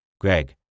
Greg